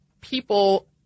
people